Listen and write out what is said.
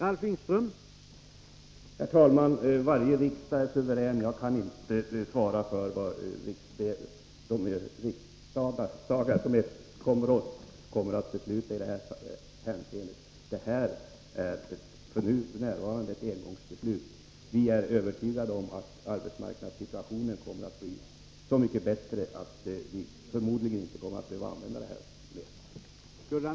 Herr talman! Varje riksdag är suverän. Jag kan inte svara för vad de riksdagar som kommer efter oss kommer att besluta i detta hänseende. Beslutet om detta stöd är f. n. en engångsåtgärd. Vi är övertygade om att arbetsmarknadssituationen kommer att bli så mycket bättre att vi förmodligen inte kommer att behöva använda denna åtgärd mer.